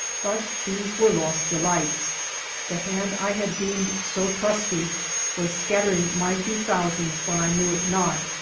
but these were lost delights the hand i had deemed so trusty was scattering my few thousands when i knew it not,